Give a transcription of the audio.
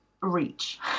reach